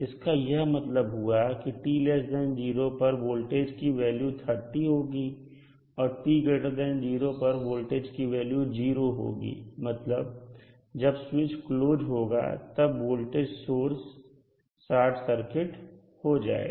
इसका यह मतलब हुआ कि t0 पर वोल्टेज की वैल्यू 30 होगी और t0 पर वोल्टेज की वैल्यू 0 होगी मतलब जब स्विच क्लोज होगा तब वोल्टेज सोर्स शॉर्ट सर्किट हो जाए जाएगा